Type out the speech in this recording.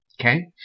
okay